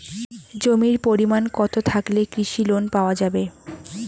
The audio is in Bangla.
জমির পরিমাণ কতো থাকলে কৃষি লোন পাওয়া যাবে?